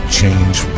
change